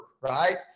right